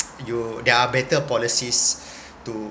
you there are better policies to